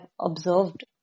observed